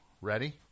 Ready